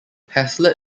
haslett